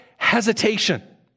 Hesitation